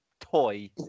toy